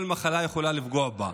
כל מחלה יכולה לפגוע בה.